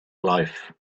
life